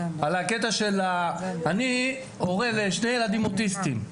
אני הורה לשני ילדים אוטיסטים.